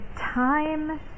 time